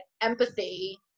empathy